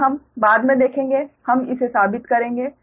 यह हम बाद में देखेंगे हम इसे साबित करेंगे